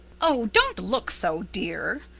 oh, don't look so, dear,